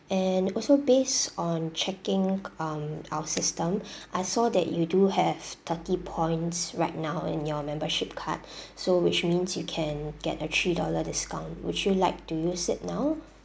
and also based on checking um our system I saw that you do have thirty points right now in your membership card so which means you can get a three dollar discount would you like to use it now